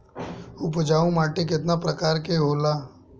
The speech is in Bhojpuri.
उपजाऊ माटी केतना प्रकार के होला?